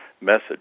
message